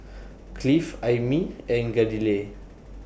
Cliff Aimee and Galilea